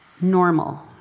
normal